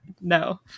No